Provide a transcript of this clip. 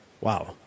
Wow